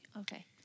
Okay